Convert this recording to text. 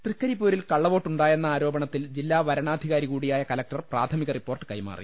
തൃക്കരിപ്പൂരിൽ കള്ളവോട്ടുണ്ടായെന്ന ആരോപണത്തിൽ ജില്ലാ വരണാധികാരികൂടിയായ കലക്ടർ പ്രാഥമിക റിപ്പോർട്ട് കൈമാറി